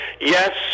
yes